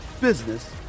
business